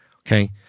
okay